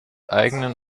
eigenen